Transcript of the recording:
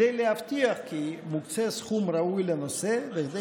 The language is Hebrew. כדי להבטיח כי מוקצה סכום ראוי לנושא וכדי